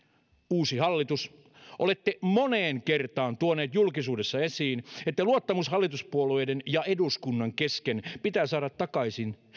uusi hallitus olette moneen kertaan tuoneet julkisuudessa esiin että luottamus hallituspuolueiden ja eduskunnan kesken pitää saada takaisin ja